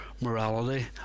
morality